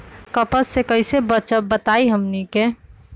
कपस से कईसे बचब बताई हमनी के?